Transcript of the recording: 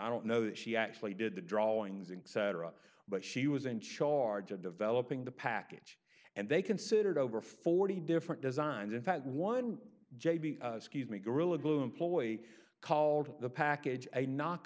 i don't know that she actually did the drawings and cetera but she was in charge of developing the package and they considered over forty different designs in fact one j b me gorilla glue employ called the package a knock